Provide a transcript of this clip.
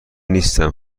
نیستم